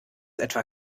etwa